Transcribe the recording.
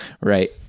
Right